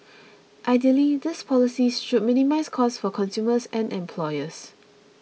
ideally these policies should minimise cost for consumers and employers